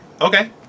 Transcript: okay